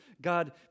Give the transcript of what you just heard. God